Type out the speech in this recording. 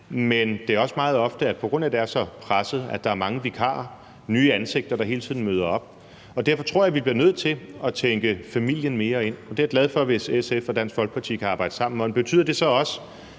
at der, på grund af at det er så presset, er mange vikarer, hele tiden nye ansigter, der møder op. Derfor tror jeg, at vi bliver nødt til at tænke familien mere ind. Det er jeg glad for hvis SF og Dansk Folkeparti kan arbejde sammen om. Betyder det så også,